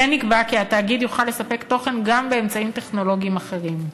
כמו כן נקבע כי התאגיד יוכל לספק תוכן גם באמצעים טכנולוגיים אחרים.